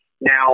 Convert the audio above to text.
Now